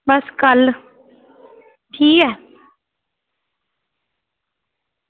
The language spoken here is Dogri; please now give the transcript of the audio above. बस कल ठीक ऐ